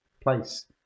place